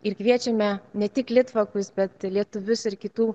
ir kviečiame ne tik litvakus bet lietuvius ir kitų